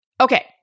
Okay